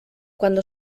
cuando